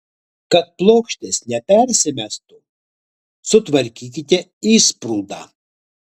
kad plokštės nepersimestų sutvarkykite įsprūdą